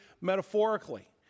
metaphorically